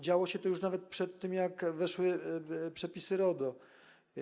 Działo się to już nawet przed tym, jak weszły przepisy RODO.